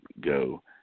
go